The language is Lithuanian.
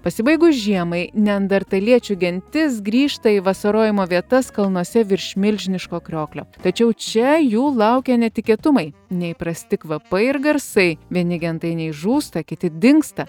pasibaigus žiemai neandertaliečių gentis grįžta į vasarojimo vietas kalnuose virš milžiniško krioklio tačiau čia jų laukia netikėtumai neįprasti kvapai ir garsai vieni gentainiai žūsta kiti dingsta